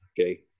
okay